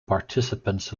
participants